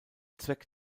zweck